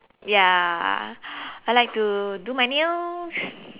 ya I like to do my nails